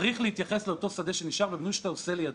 צריך להתייחס לאותו שדה שנשאר והבינוי שאתה עושה לידו.